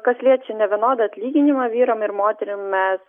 kas liečia nevienodą atlyginimą vyram ir moterim mes